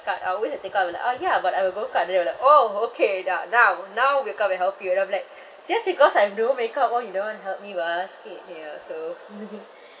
card out always I take out I'll be like ah ya but I've a gold card then they will like orh okay uh now now we'll come and help you and I'm like just because I've no makeup on you don't want to help me when I asked it ya so